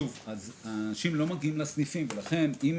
אנשים לא מגיעים לסניפים ולכן אם